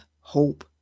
hope